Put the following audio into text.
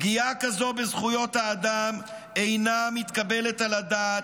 פגיעה כזאת בזכויות האדם אינה מתקבלת על הדעת,